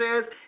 says